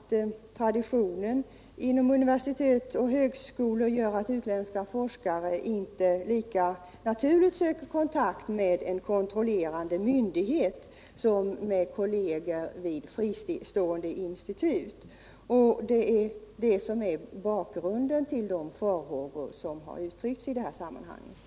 Traditionen inom universitet och högskolor gör att utländska forskare inte lika naturligt söker kontakt med en kontrollerande myndighet som med kolleger vid fristående institut. Detta är bakgrunden till de farhågor som i detta sammanhang kommit till uttryck.